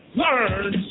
learn